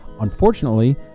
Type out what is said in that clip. Unfortunately